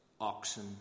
oxen